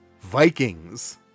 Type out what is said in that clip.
Vikings